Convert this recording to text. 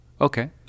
Okay